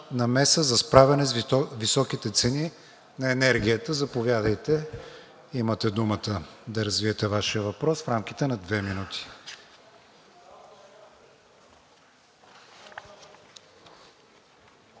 за справяне с високите цени на енергията. Заповядайте, имате думата да развиете Вашия въпрос в рамките на две минути.